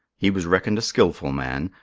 he was reckoned a skilful man,